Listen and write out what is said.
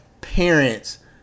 parents